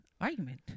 Argument